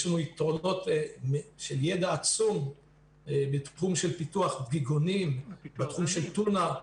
יש לנו יתרונות של ידע עצום בתחום פיתוח דגיגונים ובתחום של טונה.